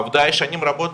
עובדה היא ששנים רבות